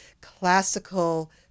classical